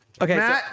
Okay